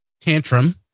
Tantrum